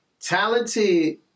talented